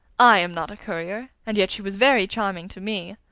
i am not a courier, and yet she was very charming to me.